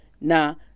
now